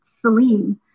Celine